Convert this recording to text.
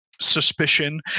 Suspicion